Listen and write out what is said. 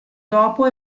dopo